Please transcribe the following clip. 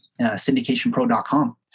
syndicationpro.com